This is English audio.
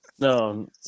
No